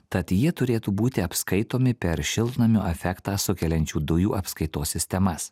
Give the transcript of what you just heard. tad jie turėtų būti apskaitomi per šiltnamio efektą sukeliančių dujų apskaitos sistemas